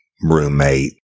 roommate